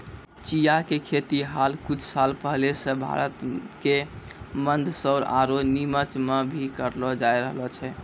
चिया के खेती हाल कुछ साल पहले सॅ भारत के मंदसौर आरो निमच मॅ भी करलो जाय रहलो छै